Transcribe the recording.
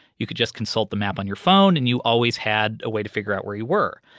you could just consult the map on your phone and you always had a way to figure out where you were.